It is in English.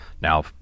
now